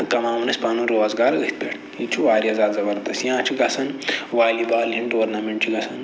کَماوان ٲسۍ پَنُن روزگار أتھۍ پٮ۪ٹھ یہِ تہِ چھُ واریاہ زیادٕ زَبردس یا چھُ گژھان والی بال ہٕنٛدۍ ٹورنَمٮ۪نٹ چھِ گژھان